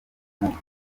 ubumuga